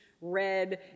red